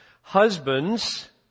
Husbands